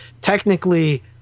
technically